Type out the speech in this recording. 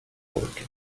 work